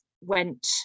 went